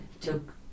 took